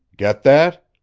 get that?